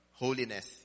holiness